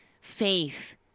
faith